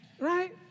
Right